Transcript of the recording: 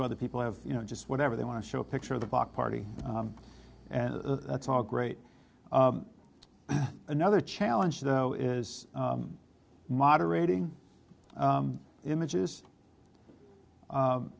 of other people have you know just whatever they want to show a picture of the block party and that's all great another challenge though is moderating images